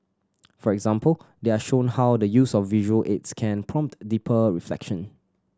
for example they are shown how the use of visual aids can prompt deeper reflection